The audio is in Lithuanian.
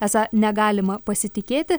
esą negalima pasitikėti